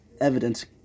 evidence